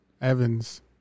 Evans